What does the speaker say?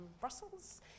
Brussels